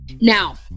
Now